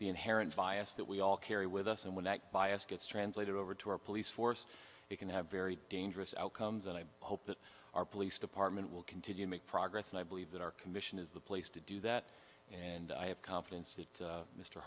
the inherent bias that we all carry with us and when that bias gets translated over to our police force it can have very dangerous outcomes and i hope that our police department will continue to make progress and i believe that our commission is the place to do that and i have confidence